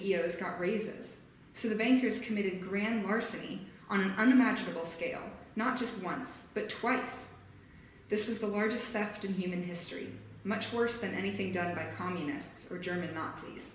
o s got raises so the bankers committed grand larceny on unimaginable scale not just once but twice this is the largest saft in human history much worse than anything done by communists or german nazis